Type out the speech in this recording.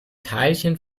teilchen